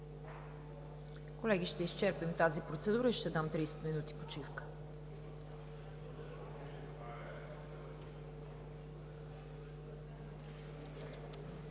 Колеги, ще изчерпим тази процедура и ще дам 30 минути почивка.